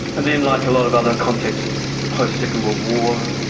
and then, like a lot of other contexts post second world war,